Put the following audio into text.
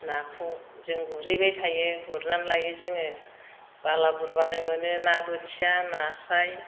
नाखौ जों गुरहैबाय थायो गुरनानै लायो जों बाला बुरबानो मोनो ना बोथिया नास्राय